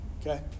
Okay